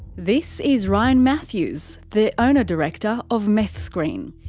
this is ryan matthews, the owner-director of meth screen.